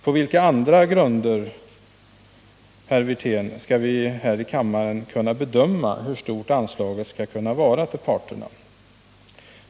På vilka andra grunder, herr Wirtén, skall vi här i kammaren kunna bedöma hur stort anslaget skall vara för parterna?